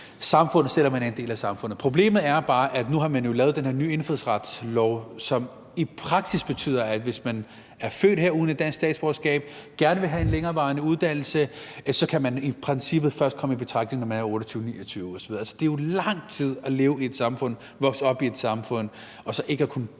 samfundet, selv om de er en del af samfundet. Problemet er bare, at nu har man jo lavet den her nye indfødsretslov, som i praksis betyder, at hvis man er født her uden et dansk statsborgerskab og gerne vil have en længerevarende uddannelse, kan man i princippet først komme i betragtning, når man er 28 eller 29 år. Altså, det er jo lang tid at leve i et samfund, vokse op i et samfund og så ikke kunne deltage